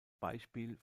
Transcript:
beispiel